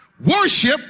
Worship